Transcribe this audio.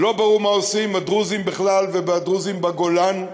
לא ברור מה עושים עם הדרוזים בכלל ועם הדרוזים בגולן בפרט,